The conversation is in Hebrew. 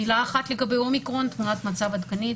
מילה אחד לגבי האומיקרון, תמונת מצב עדכנית.